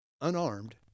unarmed